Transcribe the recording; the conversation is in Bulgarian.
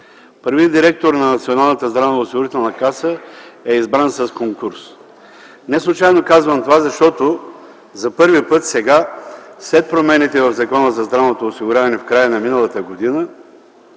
Първият директор на Националната здравноосигурителна каса е избран с конкурс. Неслучайно казвам това, защото за първи път сега с промените в Закона за здравното осигуряване в края на миналата година